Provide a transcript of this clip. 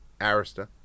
Arista